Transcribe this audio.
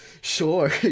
Sure